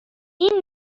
این